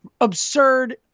absurd